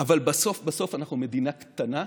אבל בסוף בסוף אנחנו מדינה קטנה,